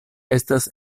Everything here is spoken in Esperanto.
estas